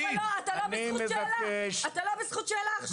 אבל אתה לא בזכות שאלה עכשיו.